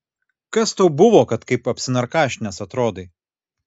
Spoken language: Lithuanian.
kas tau buvo kad kaip apsinarkašinęs atrodai